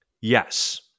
Yes